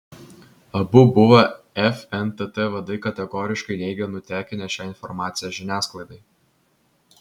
abu buvę fntt vadai kategoriškai neigia nutekinę šią informaciją žiniasklaidai